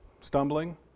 stumbling